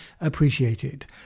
appreciated